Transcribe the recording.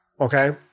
okay